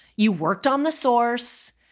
you worked on the source.